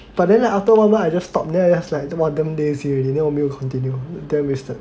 but then after a while I just stop then like just damn lazy already then 我没有 continue damn wasted